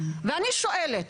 ואני שואלת,